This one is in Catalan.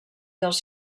dels